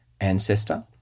ancestor